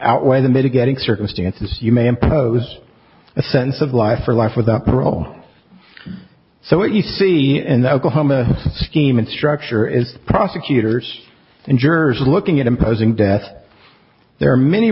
outweigh the mitigating circumstances you may impose a sense of life or life without parole so what you see in the oklahoma scheme and structure is that prosecutors and jurors looking at imposing death there are many